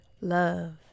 love